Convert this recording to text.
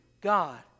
God